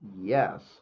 yes